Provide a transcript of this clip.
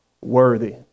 worthy